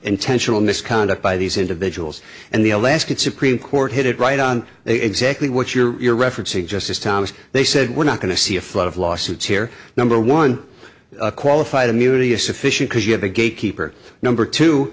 intentional misconduct by these individuals and the alaskan supreme court had it right on exactly what you're referencing justice thomas they said we're not going to see a flood of lawsuits here number one qualified immunity is sufficient because you have a gatekeeper number t